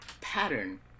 pattern